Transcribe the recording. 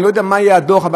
אני לא יודע מה יהיה בדוח,